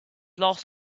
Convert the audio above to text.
last